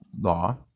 law